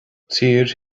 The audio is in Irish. tír